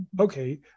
Okay